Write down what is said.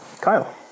Kyle